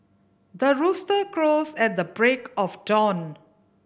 the rooster crows at the break of dawn